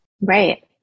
Right